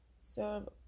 Serve